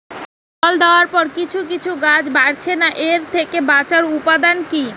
জল দেওয়ার পরে কিছু কিছু গাছ বাড়ছে না এর থেকে বাঁচার উপাদান কী?